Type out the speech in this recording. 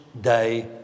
day